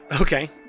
Okay